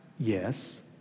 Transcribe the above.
Yes